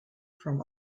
from